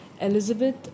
Elizabeth